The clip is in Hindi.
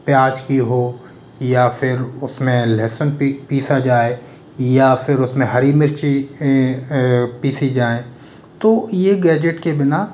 प्याज की हो या फिर उसमें लहसुन पी पीसा जाए या फिर उसमें हरी मिर्ची पिसी जाए तो यह गैजेट के बिना